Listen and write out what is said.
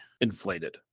inflated